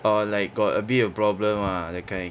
orh like got a bit of problem lah that kind